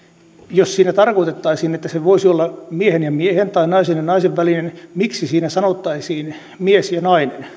jos siinä tarkoitettaisiin että se voisi olla miehen ja miehen tai naisen ja naisen välinen miksi siinä sanottaisiin mies ja nainen